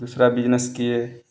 दूसरा बिजनेस किए